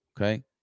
okay